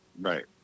Right